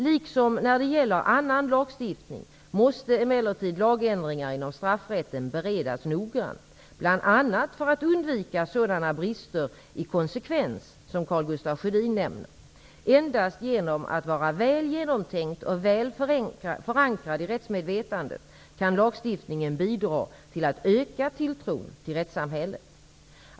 Liksom när det gäller annan lagstiftning måste emellertid lagändringar inom straffrätten beredas noggrant, bl.a. för att undvika sådana brister i konsekvens som Karl Gustaf Sjödin nämner. Endast genom att vara väl genomtänkt och väl förankrad i rättsmedvetandet kan lagstiftningen bidra till att öka tilltron till rättssamhället.